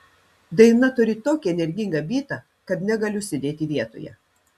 daina turi tokį energingą bytą kad negaliu sėdėti vietoje